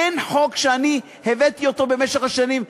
אין חוק שאני הבאתי במשך השנים,